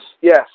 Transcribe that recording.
Yes